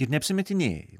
ir neapsimetinėji